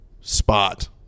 spot